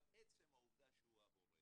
אבל עצם העובדה שהוא ההורה